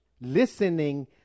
listening